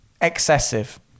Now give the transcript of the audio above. Excessive